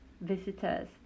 visitors